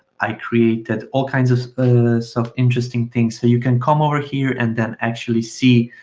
i created all kinds of of interesting things. so you can come over here and then actually see,